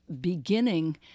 beginning